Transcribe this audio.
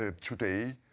Today